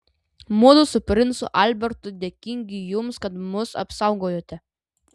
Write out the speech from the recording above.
mudu su princu albertu dėkingi jums kad mus apsaugojote